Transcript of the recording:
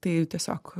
tai tiesiog